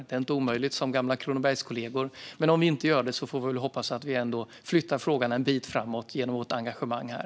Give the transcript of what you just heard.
Det är inte omöjligt, som gamla Kronobergskollegor. Men om vi inte gör det får vi hoppas att vi ändå flyttar frågan en bit framåt genom vårt engagemang här.